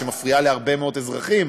שמפריעה להרבה מאוד אזרחים,